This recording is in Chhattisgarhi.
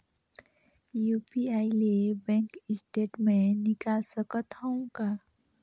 यू.पी.आई ले बैंक स्टेटमेंट निकाल सकत हवं का?